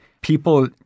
people